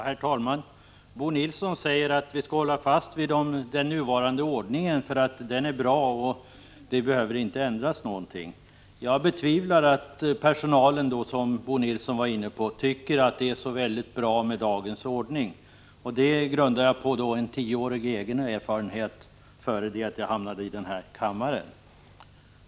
Herr talman! Bo Nilsson säger att vi skall hålla fast vid den nuvarande ordningen därför att den är bra. Det behövs inga ändringar. Jag betvivlar att personalen tycker — detta var Bo Nilsson inne på — att det är så väldigt bra med dagens ordning. Min uppfattning grundar jag på tio års egen erfarenhet från arbetsförmedlingen innan jag kom till riksdagen.